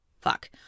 Fuck